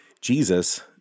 Jesus